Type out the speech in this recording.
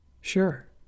Sure